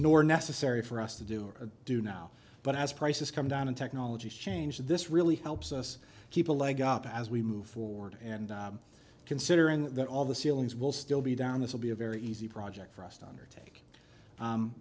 nor necessary for us to do or do now but as prices come down and technologies change this really helps us keep a leg up as we move forward and considering that all the ceilings will still be down this will be a very easy project for us to